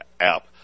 app